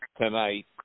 tonight